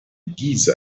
giza